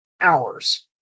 hours